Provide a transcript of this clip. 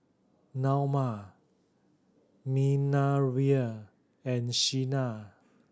Naoma Minervia and Sina